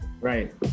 Right